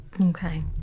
Okay